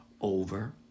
Over